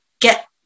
get